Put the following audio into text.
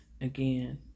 Again